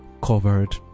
covered